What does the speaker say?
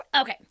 Okay